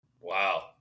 Wow